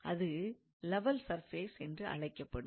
அது level surface என்று அழைக்கப்படும்